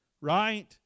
Right